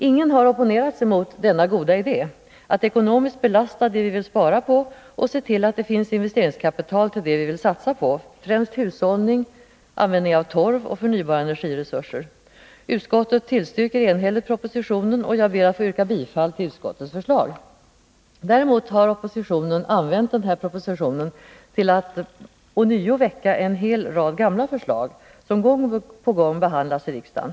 Ingen har opponerat sig mot denna goda idé — att ekonomiskt belasta det vi vill spara på och se till att det finns investeringskapital till det vi vill satsa på, främst hushållning och användning av torv och förnybara energiresurser. Utskottet tillstyrker enhälligt propositionen, och jag ber att få yrka bifall till utskottets förslag. Däremot har oppositionen använt den här propositionen till att ånyo väcka en hel rad gamla förslag, som gång på gång behandlats i riksdagen.